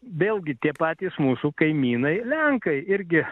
vėlgi tie patys mūsų kaimynai lenkai irgi